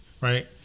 Right